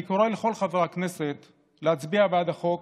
אני קורא לכל חברי הכנסת להצביע בעד החוק.